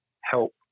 help